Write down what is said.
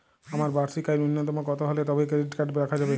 আমার বার্ষিক আয় ন্যুনতম কত হলে তবেই ক্রেডিট কার্ড রাখা যাবে?